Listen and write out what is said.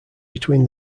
between